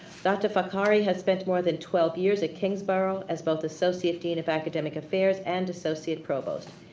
dr. fakhari has spent more than twelve years at kingsborough as both associate dean of academic affairs and associate provost.